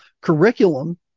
curriculum